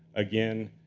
again,